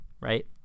right